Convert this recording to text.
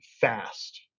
fast